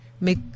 make